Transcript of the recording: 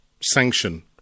sanction